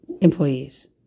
employees